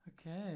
Okay